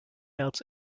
outs